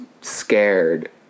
scared